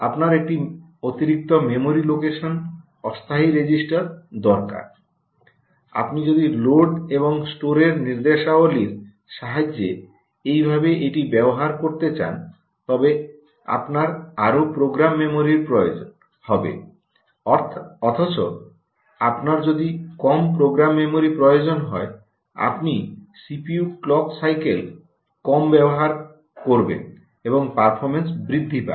আপনার একটি অতিরিক্ত মেমরি লোকেশন অস্থায়ী রেজিস্ট্রার দরকার আপনি যদি লোড এবং স্টোরের নির্দেশাবলীর সাহায্যে এইভাবে এটি ব্যবহার করতে চান তবে আপনার আরও প্রোগ্রাম মেমোরির প্রয়োজন হবে অথচ আপনার যদি কম প্রোগ্রামের মেমরি প্রয়োজন হয় আপনি সিপিইউ ক্লক সাইকেল কম ব্যবহার করবেন এবং পারফরম্যান্স বৃদ্ধি পাবে